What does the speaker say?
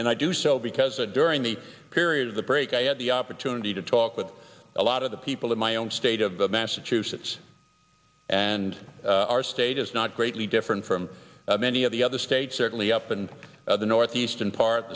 and i do so because the during the period of the break i had the opportunity to talk with a lot of the people in my own state of massachusetts and our state is not greatly different from many of the other states certainly up in the northeastern part